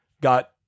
got